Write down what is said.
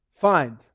Find